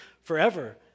forever